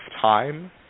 time